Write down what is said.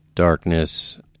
darkness